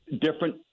different